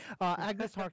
Agnes